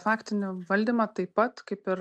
faktinį valdymą taip pat kaip ir